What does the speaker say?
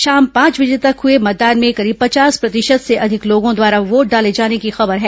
शाम पांच बजे तक हुए मतदान में करीब पचास प्रतिशत से अधिक लोगों द्वारा वोट डाले जाने की खबर है